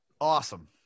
Awesome